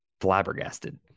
flabbergasted